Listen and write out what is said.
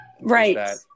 Right